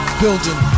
building